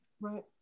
Right